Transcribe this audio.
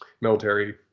military